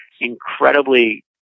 Incredibly